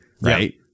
right